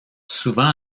souvent